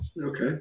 Okay